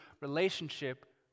relationship